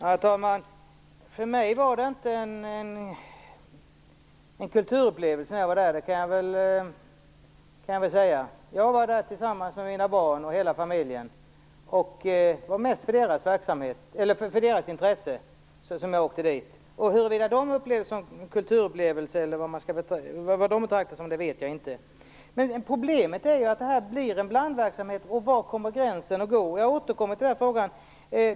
Herr talman! För mig var inte besöket på Kolmården en kulturupplevelse. Jag var där tillsammans med hela familjen. Det var mest på grund av deras intresse som jag åkte dit. Huruvida de betraktade besöket som en kulturupplevelse vet jag inte. Men problemet är ju att det blir en blandverksamhet. Var kommer då gränsen att gå? Jag återkommer till den frågan.